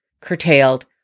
curtailed